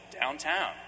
downtown